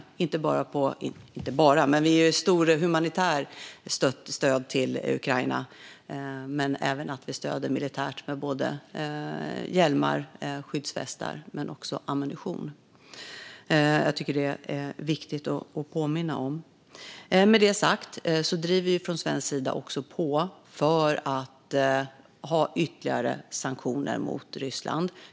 Vi ger ett stort humanitärt stöd till Ukraina, men vi stöder även militärt med både hjälmar och skyddsvästar men också med ammunition. Jag tycker att detta är viktigt att påminna om. Med detta sagt driver vi från svensk sida också på för ytterligare sanktioner mot Ryssland.